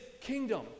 kingdom